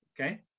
Okay